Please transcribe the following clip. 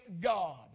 God